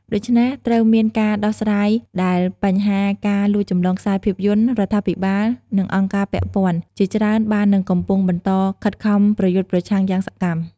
ដូច្នេះត្រូវមានការដោះស្រាយដែរ បញ្ហាការលួចចម្លងខ្សែភាពយន្ត រដ្ឋាភិបាល និងអង្គការពាក់ព័ន្ធជាច្រើនបាននិងកំពុងបន្តខិតខំប្រយុទ្ធប្រឆាំងយ៉ាងសកម្ម។